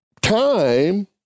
time